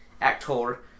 actor